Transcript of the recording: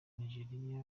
nigeriya